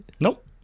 Nope